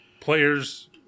players